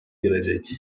girecek